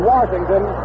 Washington